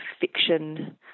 fiction